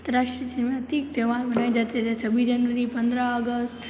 त्योहार माने जाते है जैसे छब्बीस जनवरी पंद्रह अगस्त